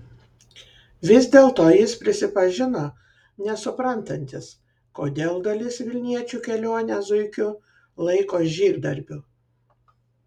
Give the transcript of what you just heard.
vis dėlto jis prisipažino nesuprantantis kodėl dalis vilniečių kelionę zuikiu laiko žygdarbiu